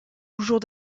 toujours